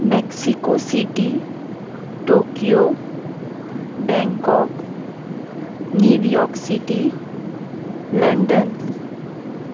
Mexico city Tokyo Bangkok New York city London